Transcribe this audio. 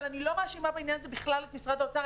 אני לא מאשימה בכלל בעניין הזה את משרד האוצר,